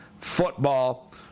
football